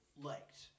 liked